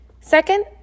Second